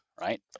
right